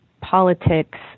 politics